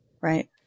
Right